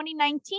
2019